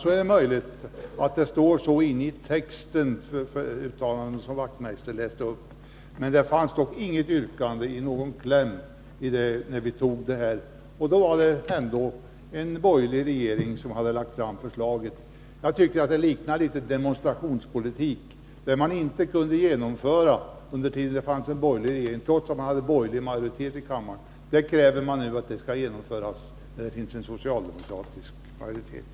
Det är möjligt att det inne i texten står så som Knut Wachtmeister läste upp, men det fanns inget yrkande i någon kläm, när vi tog förslaget, och då var det ändå en borgerlig regering som hade lagt fram förslaget. Jag tycker att det är något av demonstrationspolitik, när man kräver att det som inte kunde genomföras under en borgerlig regering, med borgerlig majoritet i kammaren, nu skall genomföras av en socialdemokratisk majoritet.